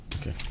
Okay